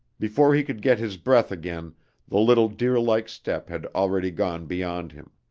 before he could get his breath again the little deerlike step had already gone beyond him.